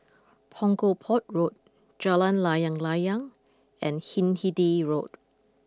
Punggol Port Road Jalan Layang Layang and Hindhede Rode